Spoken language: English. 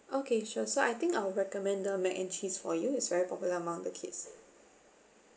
okay sure so I think I'll recommend the mac and cheese for you it's very popular among the kids